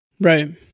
Right